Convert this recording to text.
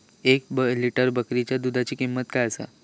एक लिटर बकरीच्या दुधाची किंमत काय आसा?